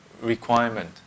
requirement